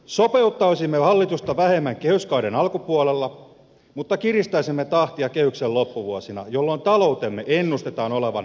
sopeuttaisimme hallitusta vähemmän kehyskauden alkupuolella mutta kiristäisimme tahtia kehyksen loppuvuosina jolloin taloutemme ennustetaan olevan tukevammalla pohjalla